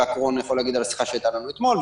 רון צור יכול להעיד על השיחה שהייתה לנו אתמול .